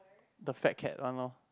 the fat cat one lor